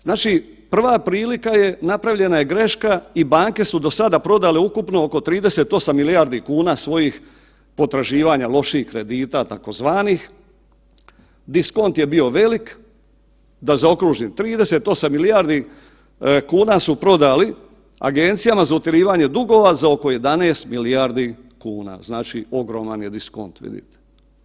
Znači prva prilika napravljena je greška i banke su do sada prodale ukupno oko 38 milijardi kuna svojih potraživanja loših kredita takozvanih, diskont je bio velik, da zaokružim 38 milijardi kuna su prodali agencijama za utjerivanje dugova za oko 11 milijardi kuna, znači ogroman je diskont vidite.